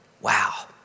Wow